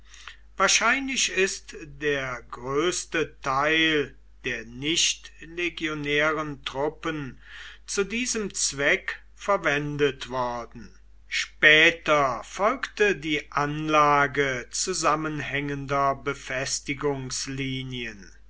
wahrscheinlich ist der größte teil der nicht legionären truppen zu diesem zweck verwendet worden später folgte die anlage zusammenhängender